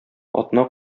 атна